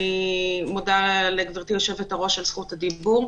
מודה לגברתי יושבת-הראש על זכות הדיבור.